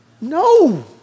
No